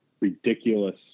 ridiculous